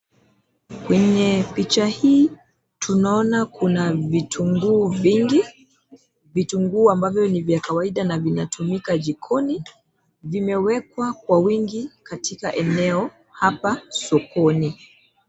Kwenye picha hii tunaona kuna vitunguu vingi. Vitunguu ambavyo ni vya kawaida na vinatumika jikoni. Vimewekwa kwa wingi katika eneo hapa sokoni.